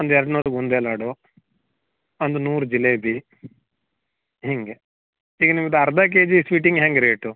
ಒಂದು ಎರಡು ನೂರು ಬೂಂದಿ ಲಾಡು ಒಂದು ನೂರು ಜಿಲೇಬಿ ಹೀಗೆ ಈಗ ನಿಮ್ದು ಅರ್ಧ ಕೆಜಿ ಸ್ವೀಟಿಗ್ ಹೆಂಗೆ ರೇಟು